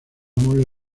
mole